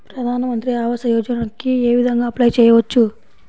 ప్రధాన మంత్రి ఆవాసయోజనకి ఏ విధంగా అప్లే చెయ్యవచ్చు?